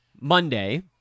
Monday